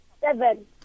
Seven